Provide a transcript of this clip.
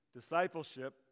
discipleship